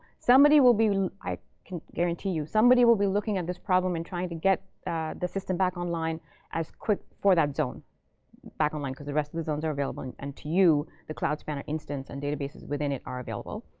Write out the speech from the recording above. somebody will be i can guarantee you somebody will be looking at this problem and trying to get the the system back online as quick for that zone back online. because the rest of the zones are available. and and to you, the cloud spanner instance and databases within it are available.